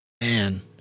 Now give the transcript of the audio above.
Man